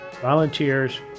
volunteers